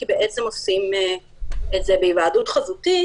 כי עושים את זה בהיוועדות חזותית.